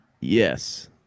Yes